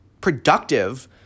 productive